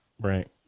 right